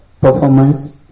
performance